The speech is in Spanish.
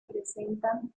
presentan